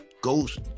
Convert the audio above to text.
Ghost